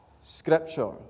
Scripture